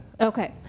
Okay